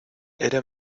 era